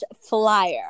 flyer